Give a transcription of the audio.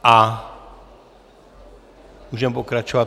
A můžeme pokračovat.